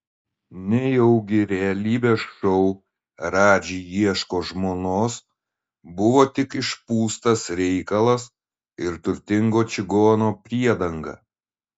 nejaugi realybės šou radži ieško žmonos buvo tik išpūstas reikalas ir turtingo čigono priedanga